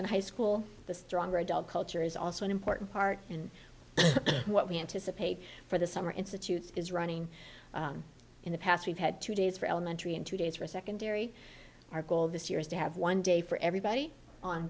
and high school the stronger adult culture is also an important part and what we anticipate for the summer institute is running in the past we've had two days for elementary and two days for secondary our goal this year is to have one day for everybody on